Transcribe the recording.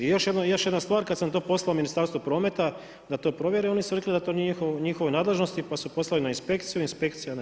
I još jedna stvar, kad sam to poslao Ministarstvu prometa, da to provjere, oni su rekli da to nije u njihovoj nadležnosti, pa su poslali na inspekciju, inspekcija ne znam.